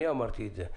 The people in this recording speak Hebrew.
אני אמרתי את זה,